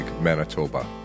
Manitoba